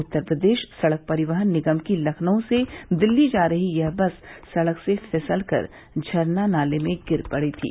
उत्तर प्रदेश सड़क परिवहन निगम की लखनऊ से दिल्ली जा रही यह बस सड़क से फिसल कर झरना नाले में गिर पड़ी थी